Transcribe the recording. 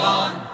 on